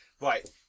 Right